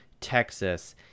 texas